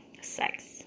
sex